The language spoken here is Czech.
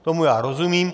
Tomu já rozumím.